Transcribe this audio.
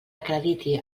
acrediti